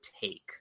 take